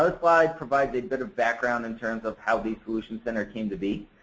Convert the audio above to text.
so slide provides a bit of background in terms of how the solutions center came to be.